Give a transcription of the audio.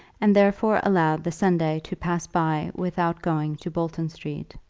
and therefore allowed the sunday to pass by without going to bolton street.